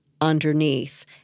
underneath